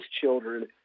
children